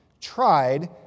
tried